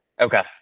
Okay